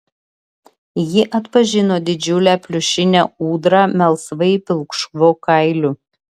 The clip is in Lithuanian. ji atpažino didžiulę pliušinę ūdrą melsvai pilkšvu kailiu